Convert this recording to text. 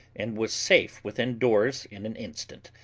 and was safe within doors in an instant.